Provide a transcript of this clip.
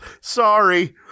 sorry